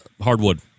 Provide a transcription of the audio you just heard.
hardwood